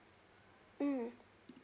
mm